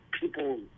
people